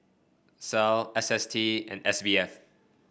SAL S S T and S B F